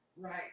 Right